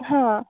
हां